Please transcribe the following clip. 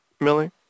Millie